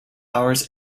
hours